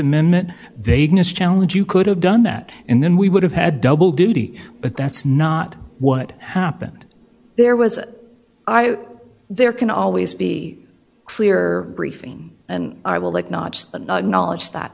amendment vagueness challenged you could have done that and then we would have had double duty but that's not what happened there was i there can always be clear briefing and i will like notch the knowledge that